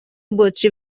بطری